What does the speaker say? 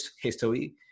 history